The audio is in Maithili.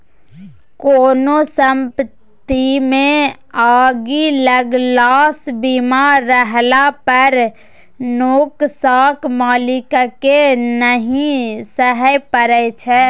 कोनो संपत्तिमे आगि लगलासँ बीमा रहला पर नोकसान मालिककेँ नहि सहय परय छै